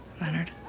Leonard